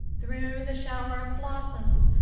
through the shower of blossoms,